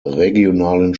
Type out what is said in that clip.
regionalen